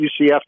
UCF